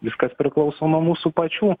viskas priklauso nuo mūsų pačių